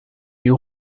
new